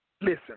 Listen